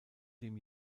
dem